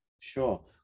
sure